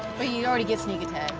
you already get sneak attack.